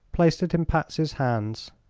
placed it in patsy's hands.